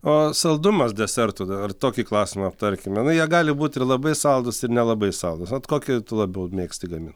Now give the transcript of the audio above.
o saldumas desertų dar tokį klausimą aptarkim na jie gali būti ir labai saldūs ir nelabai saldūs vat kokį tu labiau mėgsti gamin